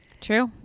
True